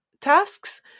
tasks